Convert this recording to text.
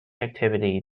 activity